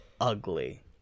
ugly